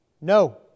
No